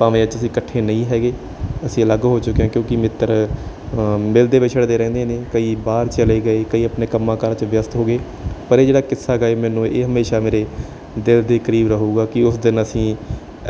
ਭਾਵੇਂ ਅੱਜ ਅਸੀਂ ਇਕੱਠੇ ਨਹੀਂ ਹੈਗੇ ਅਸੀਂ ਅਲੱਗ ਹੋ ਚੁੱਕੇ ਹਾਂ ਕਿਉਂਕਿ ਮਿੱਤਰ ਅਆ ਮਿਲਦੇ ਵਿਛੜਦੇ ਰਹਿੰਦੇ ਨੇ ਕਈ ਬਾਹਰ ਚਲੇ ਗਏ ਕਈ ਆਪਣੇ ਕੰਮਾਂ ਕਾਰਾਂ 'ਚ ਵਿਅਸਤ ਹੋ ਗਏ ਪਰ ਇਹ ਜਿਹੜਾ ਕਿੱਸਾ ਗਾ ਇਹ ਮੈਨੂੰ ਇਹ ਹਮੇਸ਼ਾ ਮੇਰੇ ਦਿਲ ਦੇ ਕਰੀਬ ਰਹੂਗਾ ਕਿ ਉਸ ਦਿਨ ਅਸੀਂ